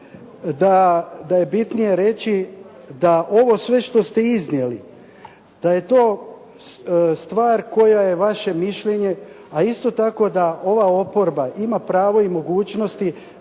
da je bitnije reći da ovo sve što ste iznijeli, da je to stvar koja je vaše mišljenje, a isto tako da ova oporba ima pravo i mogućnosti